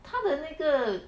他的那个